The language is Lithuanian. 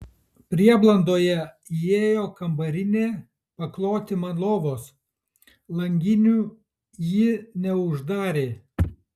prieblandoje įėjo kambarinė pakloti man lovos langinių jį neuždarė